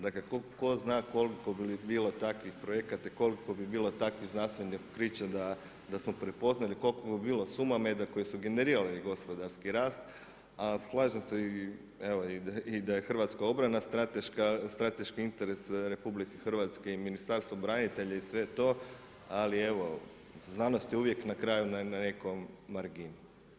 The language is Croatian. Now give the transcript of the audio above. Dakle tko zna koliko bi bilo takvih projekata i koliko bi bilo takvih znanstvenih otkrića smo prepoznali, koliko bi bilo Sumameda koji su generirali gospodarski rast, a slažem i da je hrvatska obrana strateški interes RH i Ministarstvo branitelja i sve to, ali evo, znanost je uvijek na kraju, na nekoj margini.